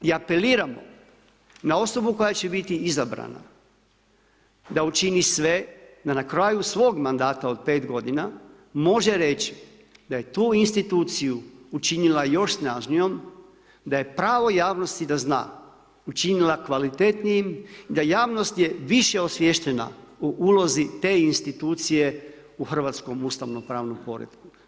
I apeliramo na osobu koja će biti izabrana da učini sve da na kraju svog mandata od 5 g., može reći da je tu instituciju učinila još snažnijom, da je pravo javnosti da zna, učinila kvalitetnijim, da javnost je više osviještena u ulozi te institucije u hrvatskom ustavnom pravnom poretku.